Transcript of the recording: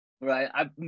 right